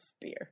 beer